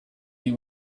they